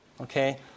okay